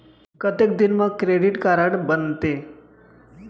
कतेक दिन मा क्रेडिट कारड बनते?